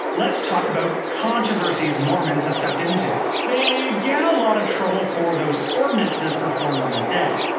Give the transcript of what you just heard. let's talk about controversies mormons have stepped into. they get a lot of trouble for those ordinances performed on the dead.